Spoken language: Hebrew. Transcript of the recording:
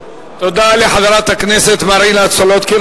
תודה לחברת הכנסת מרינה סולודקין.